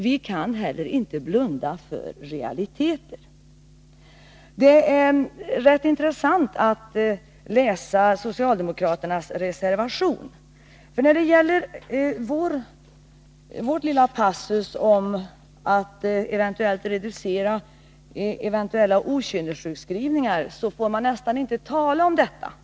Vi kan heller inte blunda för realiteter. Socialdemokraterna angriper vår lilla passus om att man skall försöka reducera eventuella okynnessjukskrivningar. Sådant får man nästan inte tala om — det är tabu.